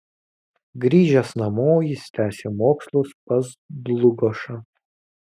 grįžęs namo jis tęsė mokslus pas dlugošą